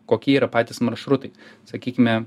kokie yra patys maršrutai sakykime